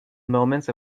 moments